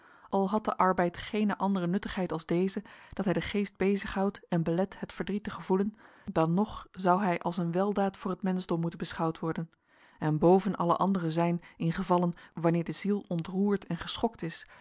al had de arbeid geene andere nuttigheid als deze dat hij den geest bezig houdt en belet het verdriet te gevoelen dan nog zou hij als een weldaad voor het menschdom moeten beschouwd worden en boven alle andere zijn in gevallen wanneer de ziel ontroerd en geschokt is